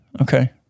Okay